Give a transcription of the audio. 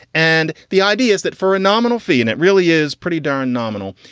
and the idea is that for a nominal fee and it really is pretty darn nominal,